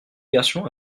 garçon